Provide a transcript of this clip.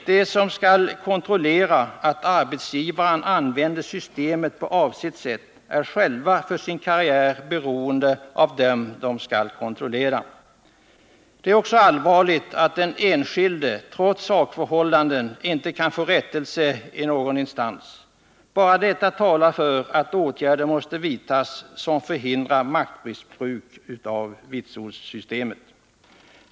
De som skall kontrollera att arbetsgivaren använder systemet på avsett sätt är själva för sin karriär beroende av dem som de skall kontrollera. Det är också allvarligt att den enskilde, trots sakförhållandet, inte kan få rättelse i någon instans. Bara detta talar för att åtgärder måste vidtas, som hindrar maktmissbruk av vitsordssystemet.